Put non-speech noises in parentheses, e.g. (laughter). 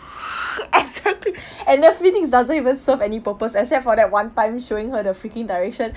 (noise) exactly and the phoenix doesn't even serve any purpose except for that one time showing her the freaking direction